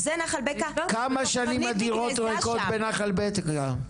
כמה שנים הדירות ריקות בנחל בקע?